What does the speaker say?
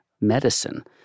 medicine